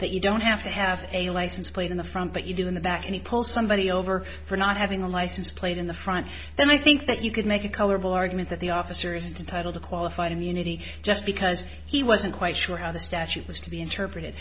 that you don't have to have a license plate in the front that you do in the back and he pull somebody over for not having a license plate in the front then i think that you could make a colorable argument that the officers to title to qualified immunity just because he wasn't quite sure how the statute was to be interpreted